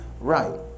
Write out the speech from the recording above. right